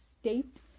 state